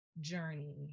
journey